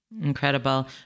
Incredible